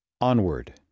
ONWARD